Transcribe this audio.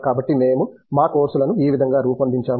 కాబట్టి మేము మా కోర్సులను ఈ విధంగా రూపొందించాము